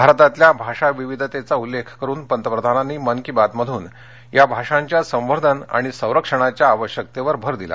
भारतातल्या भाषाविविधतेचा उल्लेख करून पंतप्रधानांनी मन की बात मधून या भाषांच्या संवर्धन आणि संरक्षणाच्या आवश्यकतेवर भर दिला